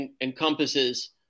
encompasses